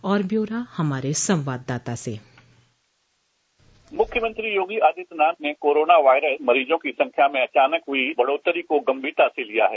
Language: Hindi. और ब्योरा हमारे संवाददाता से मुख्यमंत्री योगी आदित्यनाथ ने कोरोनावायरस मरीजों की संख्या में अचानक हुई बढ़ोतरी को गंभीरता से लिया है